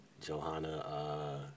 Johanna